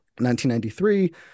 1993